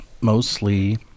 mostly